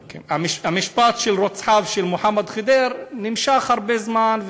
המשפט של רוצחיו של מוחמד אבו ח'דיר נמשך הרבה זמן,